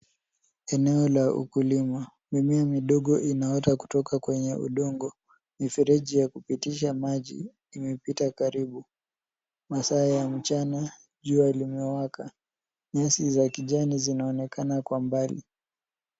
Eneo la ukulima, mimea midogo inaota kutok kwenye udongo. Mfereji ya kupitisha maji imepita karibu, masaa ya mchana, jua limewaka, nyasi za kijani ziaoenakana kwa mbali.